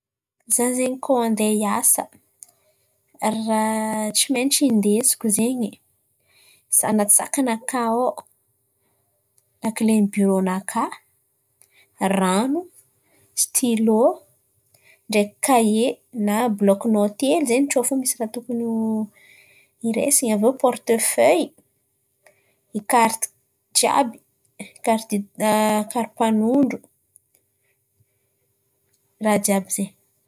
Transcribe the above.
Izaho zen̈y koà andeha hiasa ràha tsy maintsy indesiko zen̈y an̈aty sakanakà ao: lakile ny birô nakà, rano, stilô ndraiky kahie na blok noty hely fo tsao misy ràha tokony ho raisin̈y. Avy iô portefeilly, karty jiàby, kara-panondro, ràha jiàby zen̈y.